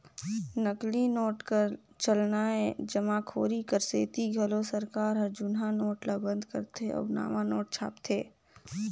नकली नोट कर चलनए जमाखोरी कर सेती घलो सरकार हर जुनहा नोट ल बंद करथे अउ नावा नोट छापथे